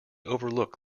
overlook